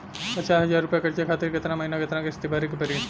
पचास हज़ार रुपया कर्जा खातिर केतना महीना केतना किश्ती भरे के पड़ी?